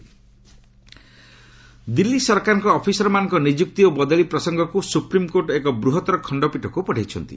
SC Delhi Delhi ସରକାରଙ୍କ ଅଫିସରମାନଙ୍କ ନିଯୁକ୍ତି ଓ ବଦଳି ପ୍ରସଙ୍ଗକୁ ସୁପ୍ରିମକୋର୍ଟ ଏକ ବୃହତ୍ତର ଖଖ୍ତପୀଠକୁ ପଠାଇଛନ୍ତି